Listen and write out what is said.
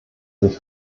sich